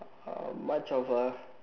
uh much of a